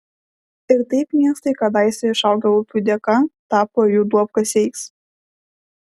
ir taip miestai kadaise išaugę upių dėka tapo jų duobkasiais